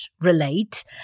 relate